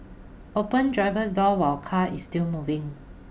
open driver's door while car is still moving